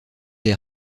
des